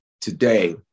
today